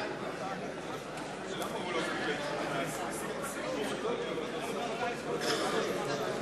63. ההסתייגות לא התקבלה.